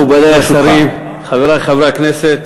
אדוני היושב-ראש, מכובדי השרים, חברי חברי הכנסת,